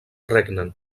regnen